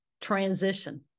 transition